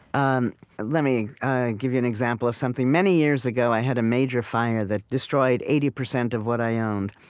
um let me give you an example of something. many years ago, i had a major fire that destroyed eighty percent of what i owned.